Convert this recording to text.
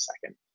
second